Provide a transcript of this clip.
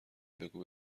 بگو